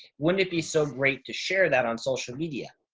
wouldn't it be so great to share that on social media?